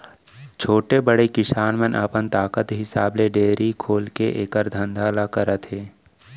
छोटे, बड़े किसान मन अपन ताकत हिसाब ले डेयरी खोलके एकर धंधा ल करत हें